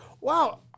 Wow